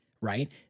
right